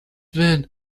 willen